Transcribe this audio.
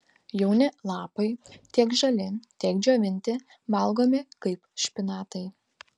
jauni lapai tiek žali tiek džiovinti valgomi kaip špinatai